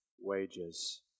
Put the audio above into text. wages